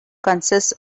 consists